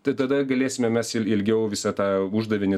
tai tada galėsime mes il ilgiau visą tą uždavinį